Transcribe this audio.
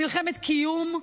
מלחמת קיום,